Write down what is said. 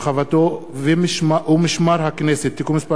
רחבתו ומשמר הכנסת (תיקון מס'